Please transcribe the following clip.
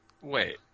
Wait